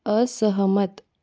असहमत